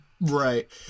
Right